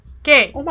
Okay